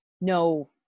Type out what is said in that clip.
no